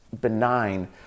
benign